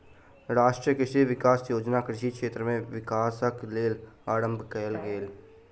राष्ट्रीय कृषि विकास योजना कृषि क्षेत्र में विकासक लेल आरम्भ कयल गेल छल